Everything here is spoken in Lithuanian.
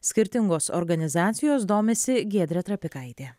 skirtingos organizacijos domisi giedrė trapikaitė